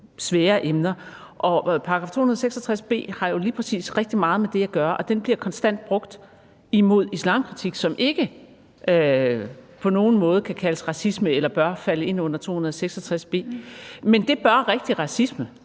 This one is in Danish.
svære emner, og § 266 b har jo lige præcis rigtig meget med det at gøre, og den bliver konstant brugt imod islamkritik, som ikke på nogen måde kan kaldes racisme eller bør falde ind under § 266 b, men det bør rigtig racisme.